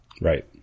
Right